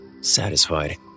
satisfied